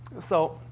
so.